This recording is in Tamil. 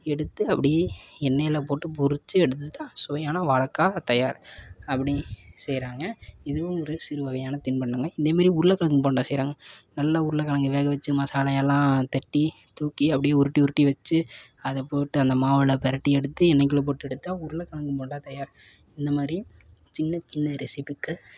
எடுத்து அப்படியே எண்ணெயில் போட்டு பொறித்து எடுத்துகிட்டா சுவையான வாழைக்கா தயார் அப்படி செய்கிறாங்க இதுவும் ஒரு சிறு வகையான தின்பண்டங்கள் இதே மாதிரி உருளைக் கெழங்கு போண்டா செய்கிறாங்க நல்லா உருளைக் கெழங்கு வேக வெச்சு மசாலயெல்லாம் தட்டி தூக்கி அப்படியே உருட்டி உருட்டி வைச்சு அதைப் போட்டு அந்த மாவில் பிரட்டி எடுத்து எண்ணெய்க்குள்ளே போட்டு எடுத்தால் உருளைக் கெழங்கு போண்டா தயார் இந்த மாதிரி சின்ன சின்ன ரெசிபிக்கள்